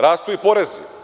Rastu i porezi.